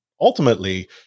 ultimately